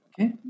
Okay